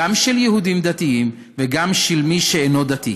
גם של יהודים דתיים וגם של מי שאינו דתי.